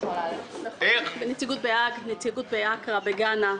הנציגות בגאנה,